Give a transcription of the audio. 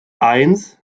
eins